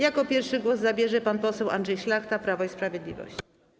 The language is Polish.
Jako pierwszy głos zabierze pan poseł Andrzej Szlachta, Prawo i Sprawiedliwość.